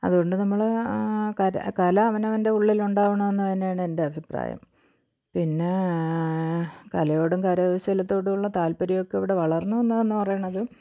അതുകൊണ്ട് നമ്മൾ കല കല അവനവൻ്റെ ഉള്ളിലുണ്ടാകണം എന്ന് തന്നെയാണ് എൻ്റെ അഭിപ്രായം പിന്നെ കലയോടും കരകൗശലത്തോടുമുള്ള താൽപ്പര്യമൊക്കെ ഇവിടെ വളർന്ന് വന്നതെന്ന് പറയണത്